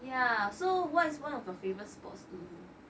yeah so what is one of your favourite sports to do